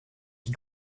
qui